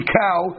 cow